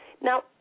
Now